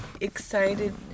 excited